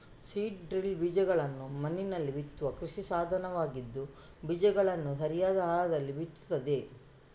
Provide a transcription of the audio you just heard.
seed drill ಬೀಜಗಳನ್ನ ಮಣ್ಣಿನಲ್ಲಿ ಬಿತ್ತುವ ಕೃಷಿ ಸಾಧನವಾಗಿದ್ದು ಬೀಜಗಳನ್ನ ಸರಿಯಾದ ಆಳದಲ್ಲಿ ಬಿತ್ತುತ್ತದೆ